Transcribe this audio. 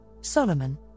Solomon